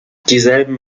dieselben